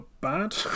bad